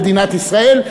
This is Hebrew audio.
קיומה של מדינת ישראל,